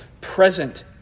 present